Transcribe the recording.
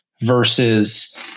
versus